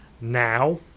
now